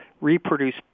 reproduce